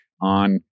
on